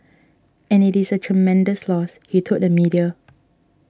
and it is a tremendous loss he told the media